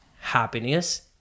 happiness